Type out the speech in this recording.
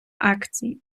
акції